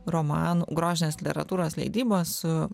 romanų grožinės literatūros leidybos su